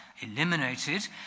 eliminated